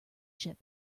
ship